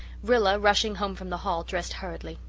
rilla, rushing home from the hall, dressed hurriedly.